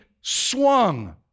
swung